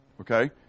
Okay